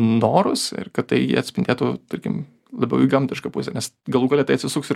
norus ir kad tai atspindėtų tarkim labiau į gamtišką pusę nes galų gale tai atsisuks ir